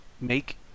make